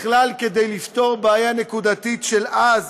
בכלל, כדי לפתור בעיה נקודתית של אז,